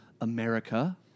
America